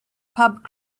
pub